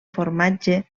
formatge